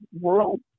world